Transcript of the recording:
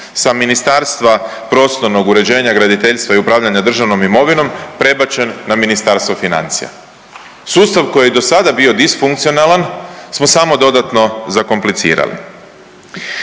sa Ministarstva prostornog uređenja, graditeljstva i upravljanja državnom imovinom prebačen na Ministarstvo financija. Sustav koji je i dosada bio disfunkcionalan smo samo dodatno zakomplicirali.